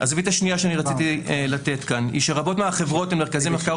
הזווית השנייה שרציתי לתת כאן היא שרבות מהחברות למרכזי מחקר